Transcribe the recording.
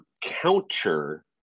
counter